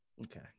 okay